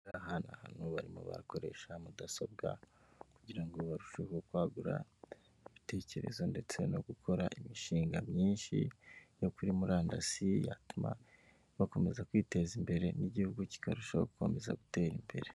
Ahandi ahantu barimo bakoresha mudasobwa kugira ngo barusheho kwagura ibitekerezo ndetse no gukora imishinga myinshi yo kuri murandasi yatuma bakomeza kwiteza imbere n'igihugu kikarushaho gukomeza gutera imbere.